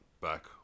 back